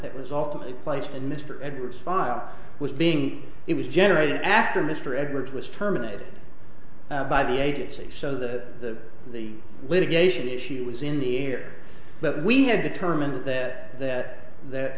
file was being it was generated after mr edwards was terminated by the agency so the the litigation issue was in the air but we had determined that that that that